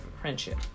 friendship